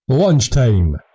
Lunchtime